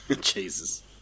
Jesus